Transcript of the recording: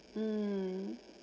mm